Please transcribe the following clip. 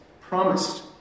promised